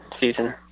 season